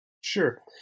Sure